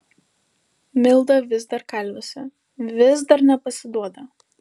milda vis dar kalviuose vis dar nepasiduoda